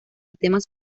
temas